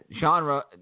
genre